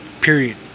Period